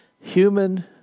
Human